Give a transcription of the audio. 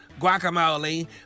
Guacamole